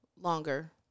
longer